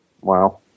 Wow